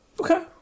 Okay